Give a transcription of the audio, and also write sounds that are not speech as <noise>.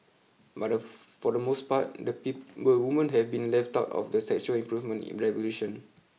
but <unintelligible> for the most part the <unintelligible> the women have been left out of the sexual improvement in revolution